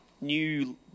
new